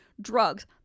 drugs